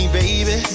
baby